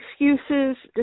excuses